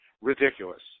ridiculous